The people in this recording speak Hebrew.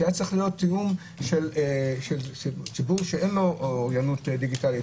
שהיה צריך להיות לציבור שאין לו אוריינות דיגיטלית,